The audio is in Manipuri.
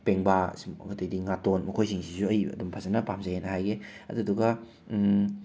ꯄꯦꯡꯕꯥ ꯁꯤꯝ ꯑꯇꯩꯗꯤ ꯉꯥꯇꯣꯟ ꯃꯈꯣꯏꯁꯤꯡꯁꯤꯁꯨ ꯑꯩ ꯑꯗꯨꯝ ꯐꯖꯅ ꯄꯥꯝꯖꯩꯌꯦꯅ ꯍꯥꯏꯒꯦ ꯑꯗꯨꯗꯨꯒ